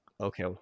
Okay